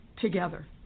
together